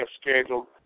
scheduled